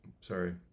sorry